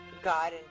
God